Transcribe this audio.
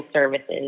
services